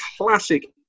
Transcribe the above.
classic